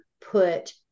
put